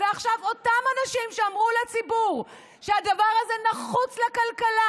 ועכשיו אותם אנשים שאמרו לציבור שהדבר זה נחוץ לכלכלה,